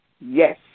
Yes